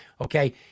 okay